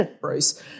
Bruce